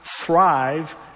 thrive